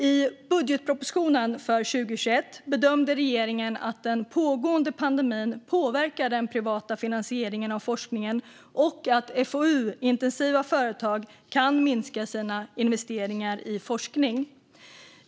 I budgetpropositionen för 2021 bedömde regeringen att den pågående pandemin påverkar den privata finansieringen av forskningen och att FoU-intensiva företag kan minska sina investeringar i forskning.